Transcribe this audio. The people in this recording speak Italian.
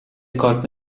corpo